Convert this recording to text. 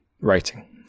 writing